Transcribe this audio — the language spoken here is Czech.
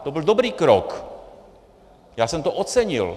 To byl dobrý krok, já jsem to ocenil.